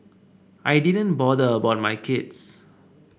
I didn't bother about my kids